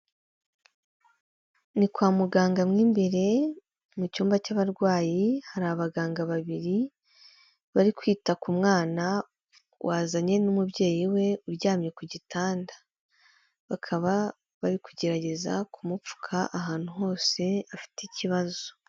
Ni kwa muganga mo imbere mu cyumba cy'abarwayi, hari abaganga babiri bari kwita ku mwana wazanye n'umubyeyi we uryamye ku gitanda, bakaba bari kugerageza kumupfuka ahantu hose afite ikibazo.